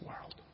world